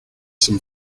some